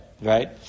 right